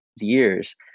years